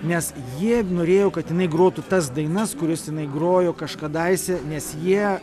nes jie norėjo kad jinai grotų tas dainas kurias jinai grojo kažkadaise nes jie